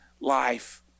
life